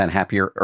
Happier